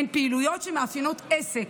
הן פעילויות שמאפיינות עסק,